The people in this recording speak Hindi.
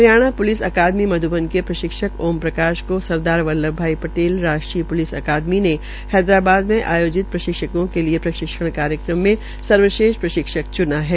हरियाणा प्लिस अकादमी मध्बन के प्रशिक्षक ओम प्रकाश को सरदार बल्लभ भाई पटेल राष्ट्रीय अकादमी ने हैदराबाद में आयोजित प्रशिक्षकों के लिये प्रशिक्षण कार्यक्रम में सर्वश्रेष्ठ प्रशिक्षक च्ना है